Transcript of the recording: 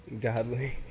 Godly